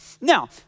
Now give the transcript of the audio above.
Now